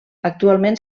actualment